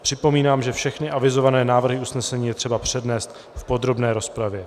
Připomínám, že všechny avizované návrhy usnesení je třeba přednést v podrobné rozpravě.